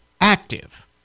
active